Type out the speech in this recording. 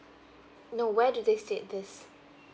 no where do they state this